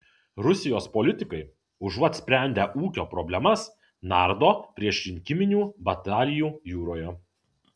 rusijos politikai užuot sprendę ūkio problemas nardo priešrinkiminių batalijų jūroje